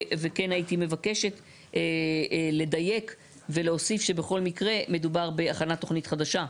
וכן הייתי מבקשת לדייק ולהוסיף שבכל מקרה מדובר בהכנת תוכנית חדשה.